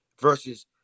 versus